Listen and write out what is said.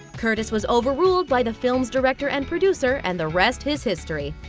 curtis was overruled by the film's director and producer, and the rest is history.